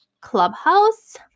Clubhouse